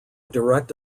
direct